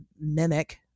mimic